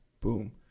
boom